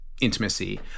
intimacy